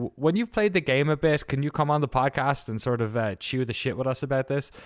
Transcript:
when you've played the game a bit can you come on the podcast and sort of chew the shit with us about this?